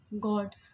God